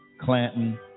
Clanton